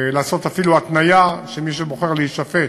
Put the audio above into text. לעשות אפילו התניה שמי שבוחר להישפט,